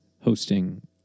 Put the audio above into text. hosting